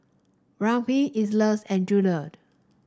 Rakeem Elise and